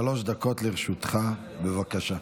שלוש דקות לרשותך, בבקשה.